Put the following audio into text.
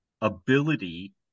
ability